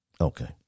Okay